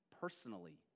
personally